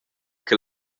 che